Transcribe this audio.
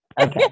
Okay